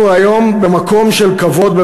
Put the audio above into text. אנחנו היום ב"מקום של כבוד",